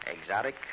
Exotic